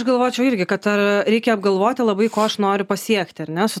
aš galvočiau irgi kad ar reikia apgalvoti labai ko aš noriu pasiekti ar ne su